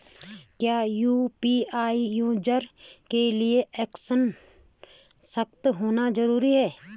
क्या UPI user के लिए एजुकेशनल सशक्त होना जरूरी है?